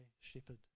shepherd